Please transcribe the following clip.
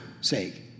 sake